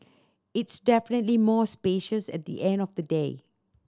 it's definitely more spacious at the end of the day